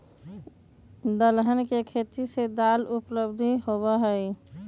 दलहन के खेती से दाल के उपलब्धि होबा हई